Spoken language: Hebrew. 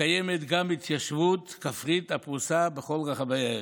וקיימת גם התיישבות כפרית, הפרושה בכל רחבי הארץ,